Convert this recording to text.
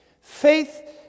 Faith